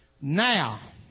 Now